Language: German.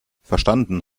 verstanden